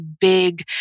big